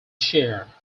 share